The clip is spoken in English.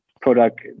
product